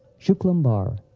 shuklambar,